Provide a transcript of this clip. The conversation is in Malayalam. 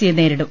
സിയെ നേരിടും